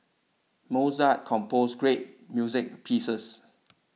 Mozart composed great music pieces